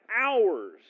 hours